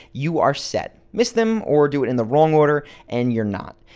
you are set miss them or do it in the wrong order and you're not.